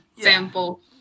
sample